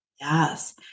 Yes